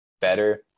better